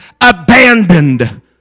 abandoned